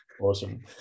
awesome